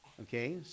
Okay